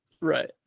Right